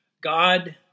God